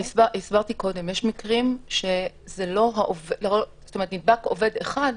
עוד פעם, הסברתי קודם, יש מקרים שנדבק עובד אחד,